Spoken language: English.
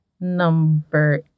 Number